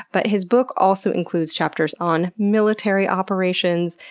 but his book also includes chapters on military operations,